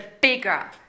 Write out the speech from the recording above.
bigger